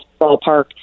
ballpark